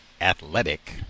athletic